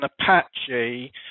apache